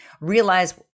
realize